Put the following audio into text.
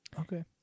Okay